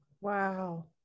wow